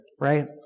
right